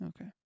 Okay